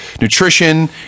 nutrition